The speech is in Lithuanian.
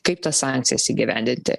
kaip tas sankcijas įgyvendinti